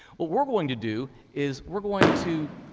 what we're going to do is we're going to